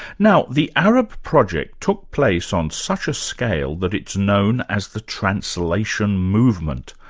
now the arab project took place on such a scale that it's known as the translation movement.